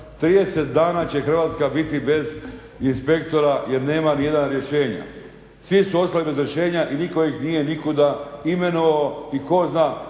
30 dana će Hrvatska biti bez inspektora jer nama nijedan rješenja. Svi su ostali bez rješenja i nitko ih nije nikuda imenovao i tko zna